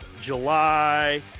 july